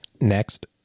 Next